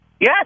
Yes